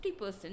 50%